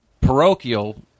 parochial